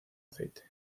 aceite